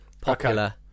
Popular